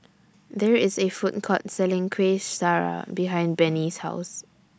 There IS A Food Court Selling Kueh Syara behind Bennie's House